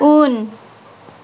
उन